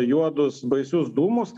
juodus baisius dūmus